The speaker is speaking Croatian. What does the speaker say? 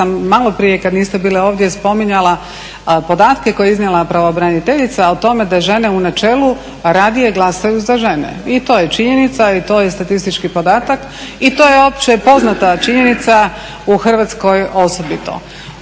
malo prije kada niste bili ovdje spominjala podatke koje je iznijela pravobraniteljica o tome da žene u načelu radije glasaju za žene i to je činjenica i to je statistički podatak i to je opće poznata činjenica u Hrvatskoj osobito.